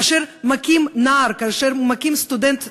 כאשר מכים נער, סטודנט דרוזי,